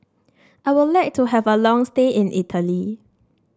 I would like to have a long stay in Italy